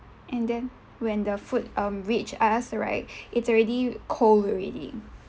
and then when the food um reach us right it's already cold already